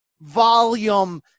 volume